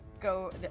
go